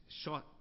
short